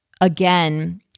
again